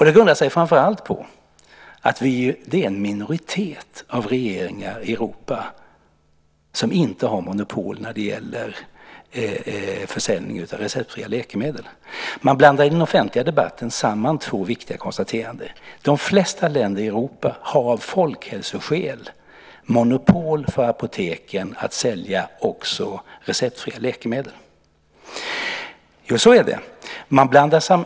Det grundar sig framför allt på att det är en minoritet av regeringar i Europa som inte har monopol när det gäller försäljning av receptfria läkemedel. Man blandar i den offentliga debatten samman två viktiga konstateranden. De flesta länder i Europa har av folkhälsoskäl monopol för apoteken att sälja också receptfria läkemedel. Så är det.